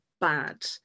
bad